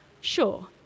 sure